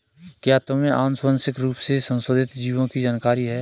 क्या तुम्हें आनुवंशिक रूप से संशोधित जीवों की जानकारी है?